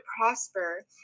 prosper